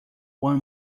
one